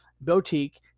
boutique